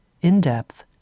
in-depth